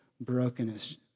brokenness